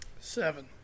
Seven